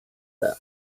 the